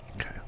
Okay